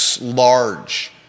large